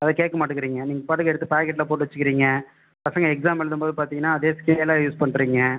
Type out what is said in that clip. அதை கேட்க மாட்டேங்கிறீங்க நீங்கள் பாட்டுக்கு எடுத்து பாக்கெட்டில் போட்டு வெச்சிக்கிறீங்கங்க பசங்க எக்ஸாம் எழுதும்போது பார்த்தீங்கன்னா அதையே ஸ்கேலாக யூஸ் பண்ணுறீங்க